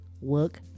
work